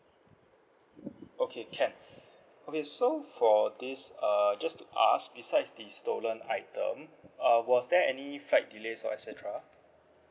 okay can okay so for this uh just to ask besides the stolen item uh was there any flight delays or et cetera